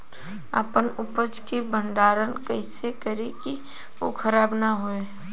अपने उपज क भंडारन कइसे करीं कि उ खराब न हो?